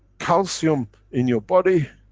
calcium in your body,